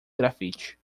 grafite